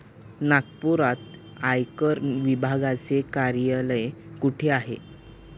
नागपुरात आयकर विभागाचे कार्यालय कुठे आहे?